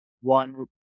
one